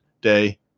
day